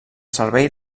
servei